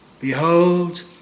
Behold